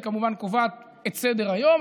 והיא כמובן קובעת את סדר-היום,